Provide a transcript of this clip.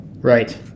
Right